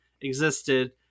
existed